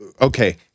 okay